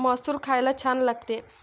मसूर खायला छान लागते